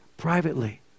Privately